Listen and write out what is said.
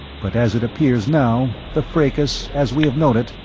but as it appears now, the fracas as we have known it,